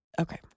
Okay